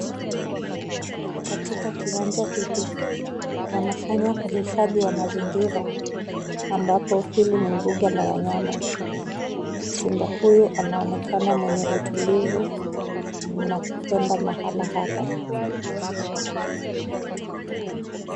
Katika kiwanja hiki, wanafanya uhifadhi wa mazingira. Ambapo hili ni mbuga la wanyama. Simba huyu anaonekana mwenye utulivu, na kupenda mahala hapa.